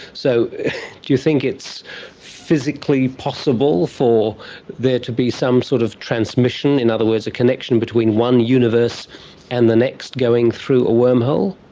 so do you think it's physically possible for there to be some sort of transmission? in other words, a connection between one universe and the next going through a wormhole?